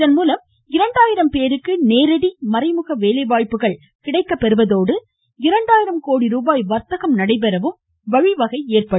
இதன் மூலம் இரண்டாயிரம் பேருக்கு நேரடி மறைமுக வேலைவாய்ப்பு கிடைக்கப்படுவதோடு இரண்டாயிரம் கோடி ரூபாய் வர்த்தகம் நடைபெறவும் வழிவகை ஏற்படும்